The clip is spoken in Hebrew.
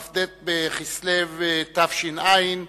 כ"ט בכסלו התש"ע,